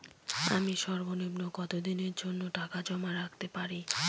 আমি সর্বনিম্ন কতদিনের জন্য টাকা জমা রাখতে পারি?